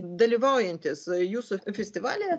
dalyvaujantys jūsų festivalyje